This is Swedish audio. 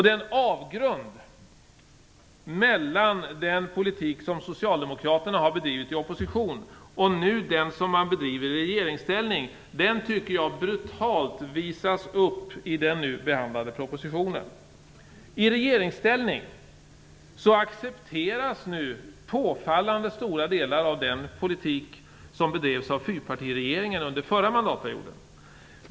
Den avgrund mellan den politik som Socialdemokraterna har bedrivit i opposition och den som man bedriver i regeringsställning visas brutalt upp i den nu behandlade propositionen. I regeringsställning accepteras påfallande stora delar av den politik som bedrevs av fyrpartiregeringen under förra mandatperioden.